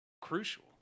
crucial